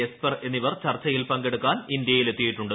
Esper എന്നിവർ ചർച്ചയിൽ പങ്കെടുക്കാൻ ഇന്ത്യയിലെത്തിയിട്ടുണ്ട്